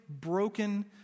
broken